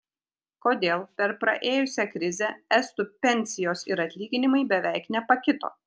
kodėl per praėjusią krizę estų pensijos ir atlyginimai beveik nepakito